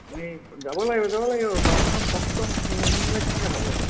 আমি যাব লাগিব যাব লাগিব পাপনৰ ফ'ক ছংছ্ নুশুনিলে কেনেকৈ হ'ব আৰু